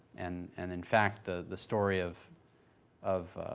and and in fact, the the story of of